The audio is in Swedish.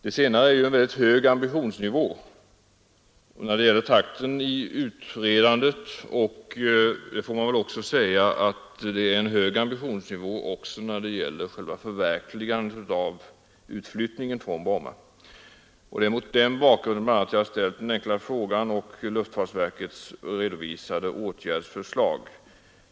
Det innebär en hög ambitionsnivå både när det gäller takten i utredandet och när det gäller själva förverkligandet av utflyttningen från Bromma. Det är mot denna bakgrund och luftfartsverkets redovisade åtgärdsförslag som jag ställt den enkla frågan.